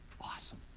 Awesome